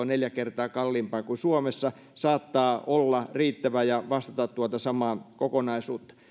neljä kertaa kalliimpaa kuin suomessa saattaa olla riittävä ja vastata tuota samaa kokonaisuutta